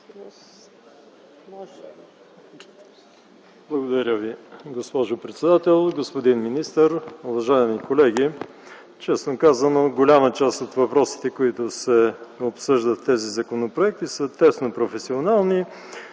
Благодаря Ви, госпожо председател. Господин министър, уважаеми колеги! Честно казано, голяма част от въпросите, които се обсъждат в тези законопроекти, са тясно професионални.